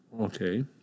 Okay